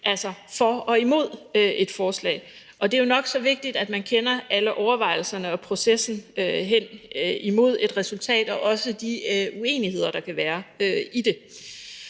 eller imod et forslag. Og det er jo nok så vigtigt, at man kender alle overvejelserne i processen hen imod et resultat og også de uenigheder, som der kan være i